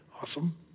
Awesome